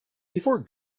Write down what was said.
before